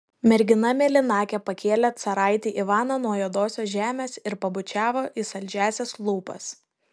mergina mėlynakė pakėlė caraitį ivaną nuo juodosios žemės ir pabučiavo į saldžiąsias lūpas